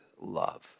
love